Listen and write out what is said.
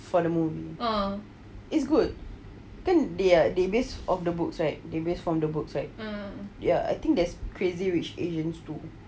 for the movie is good kan they are they based on the books they based from the books right ya I think there is crazy rich asians two